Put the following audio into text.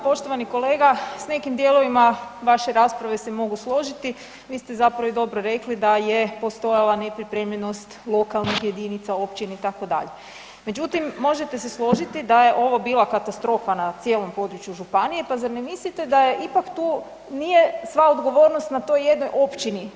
Poštovani kolega, s nekim dijelovima vaše rasprave se mogu složiti, vi ste zapravo i dobro rekli da je postojala nepripremljenost lokalnih jedinica, općine itd., međutim možete se složiti da je ovo bila katastrofa na cijelom području županije pa zar ne mislite da ipak tu nije sa odgovornost na toj jednoj općini?